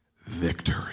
Victory